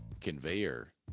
Conveyor